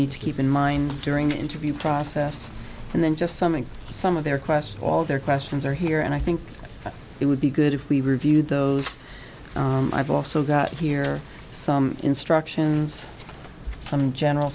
need to keep in mind during the interview process and then just summing some of their questions all their questions are here and i think it would be good if we reviewed those i've also got here some instructions some general